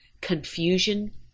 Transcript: confusion